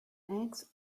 eggs